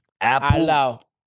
Apple